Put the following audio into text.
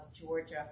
Georgia